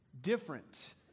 different